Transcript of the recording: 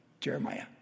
Jeremiah